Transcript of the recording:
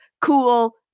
Cool